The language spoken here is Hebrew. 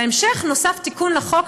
בהמשך נוסף תיקון לחוק,